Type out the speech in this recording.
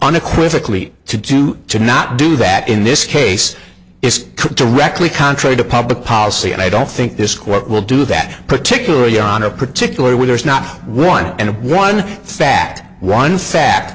unequivocally to do to not do that in this case is directly contrary to public policy and i don't think this court will do that particularly on a particular where there is not one and one fact one fa